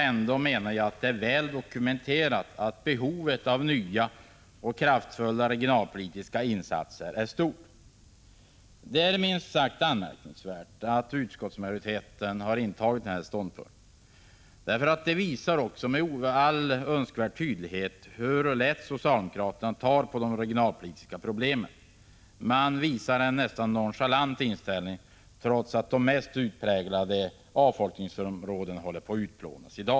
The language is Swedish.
Ändå är det väl dokumenterat att behovet av nya och kraftfulla regionalpolitiska insatser är stort. Det är minst sagt anmärkningsvärt att utskottsmajoriteten har intagit denna ståndpunkt. Det visar med all önskvärd tydlighet hur lätt socialdemokraterna tar på de regionalpolitiska problemen. Man visar en nästan nonchalant inställning trots att de mest utpräglade avfolkningsområdena i dag håller på att utplånas.